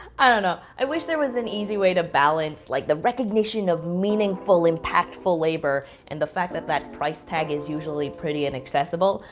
i don't know. i wish there was an easy way to balance like the recognition of meaningful, impactful labor and the fact that that price tag is usually pretty inaccessible.